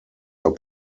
are